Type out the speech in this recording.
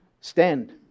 stand